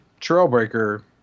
Trailbreaker